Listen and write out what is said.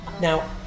Now